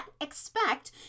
expect